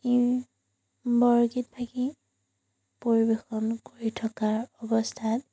ই বৰগীতভাগি পৰিৱেশন কৰি থকাৰ অৱস্থাত